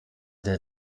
der